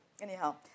Anyhow